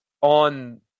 on